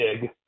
big